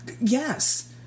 yes